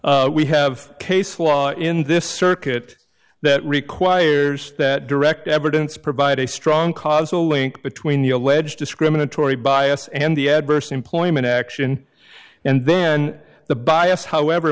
we have case law in this circuit that requires there's that direct evidence provide a strong causal link between the alleged discriminatory bias and the adverse employment action and then the bias however